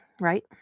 Right